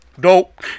Dope